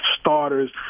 starters